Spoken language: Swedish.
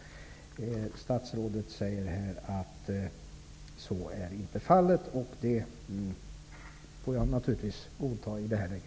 Statsrådet säger här att så inte är fallet, och det får jag naturligtvis godta i det här läget.